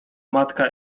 matka